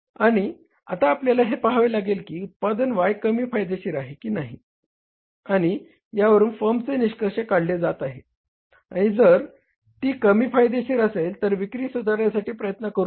आणि आता आपल्याला हे पहावे लागेल की उत्पादन Y कमी फायदेशीर आहे की नाही आणि यावरून फर्मचे निष्कर्ष काढले जात आहे आणि जर तो कमी फायदेशीर असेल तर विक्री सुधारण्यासाठी प्रयत्न करु नका